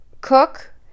cook